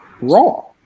raw